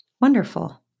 Wonderful